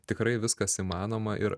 tikrai viskas įmanoma ir